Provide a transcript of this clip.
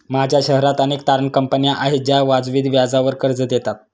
माझ्या शहरात अनेक तारण कंपन्या आहेत ज्या वाजवी व्याजावर कर्ज देतात